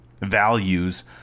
values